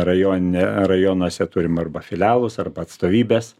rajonine rajonuose turime arba filialus arba atstovybes